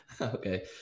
Okay